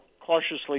cautiously